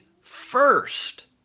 first